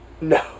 No